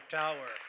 tower